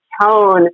tone